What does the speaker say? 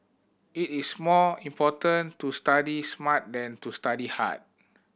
it is more important to study smart than to study hard